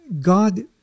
God